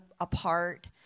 apart